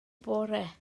bore